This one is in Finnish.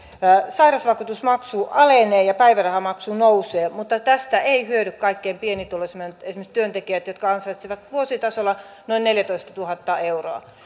sairausvakuutusmaksu alenee ja päivärahamaksu nousee mutta tästä eivät hyödy kaikkein pienituloisimmat esimerkiksi työntekijät jotka ansaitsevat vuositasolla noin neljätoistatuhatta euroa